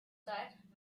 seid